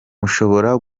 mushobora